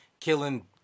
killing